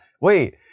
wait